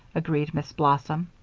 agreed miss blossom.